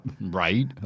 Right